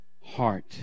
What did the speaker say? heart